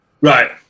Right